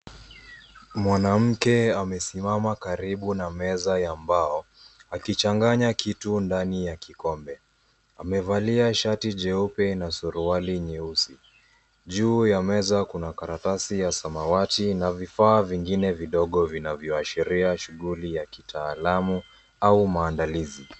Mwanamke amesimama karibu na meza ya mbao akichanganya kitu ndani ya kikombe. Amevalia shati jeupe na suruali nyeusi, juu ya meza kuna karatasi ya samawati na vifaa vingine vidogo vinavyoashiria shughuli ya kitaalumu au maandalizi.